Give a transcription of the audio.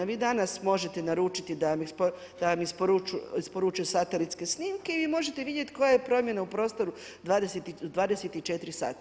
Vi danas možete naručiti da vam isporučuju satelitske snimke i možete vidjeti koja je promjena u prostoru 24 sata.